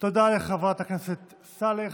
תודה לחברת הכנסת סאלח.